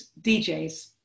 DJs